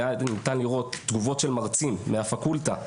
והיה ניתן לראות תגובות של מרצים מהפקולטה,